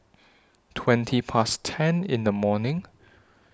twenty Past ten in The morning